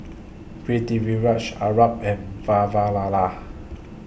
Pritiviraj Arnab and Vavilala